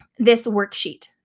this worksheet.